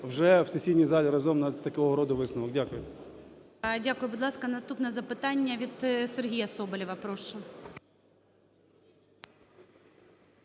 вже в сесійній залі разом на такого роду висновок. Дякую. ГОЛОВУЮЧИЙ. Дякую. Будь ласка, наступне запитання від Сергія Соболєва, прошу.